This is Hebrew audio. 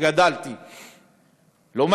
שגדלתי בו,